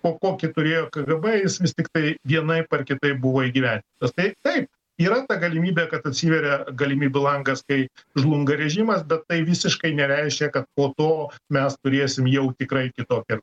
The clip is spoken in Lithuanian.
o kokį turėjo kgb jis vis tiktai vienaip ar kitaip buvo įgyvendintas tai taip yra ta galimybė kad atsiveria galimybių langas kai žlunga režimas bet tai visiškai nereiškia kad po to mes turėsim jau tikrai kitokią